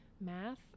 math